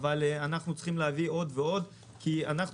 אבל אנחנו צריכים להביא עוד ועוד כי אנחנו